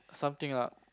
something lah